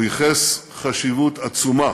הוא ייחס חשיבות עצומה